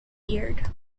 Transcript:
eared